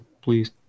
please